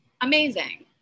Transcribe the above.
amazing